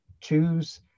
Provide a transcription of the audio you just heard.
choose